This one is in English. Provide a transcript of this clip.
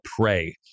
pray